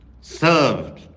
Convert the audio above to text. served